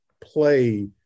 play